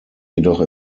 jedoch